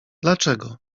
dlaczego